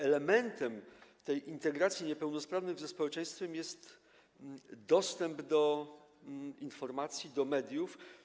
Elementem integracji niepełnosprawnych ze społeczeństwem jest dostęp do informacji, do mediów.